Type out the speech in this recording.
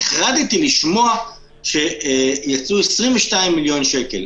נחרדתי לשמוע שיצאו 22 מיליון שקל.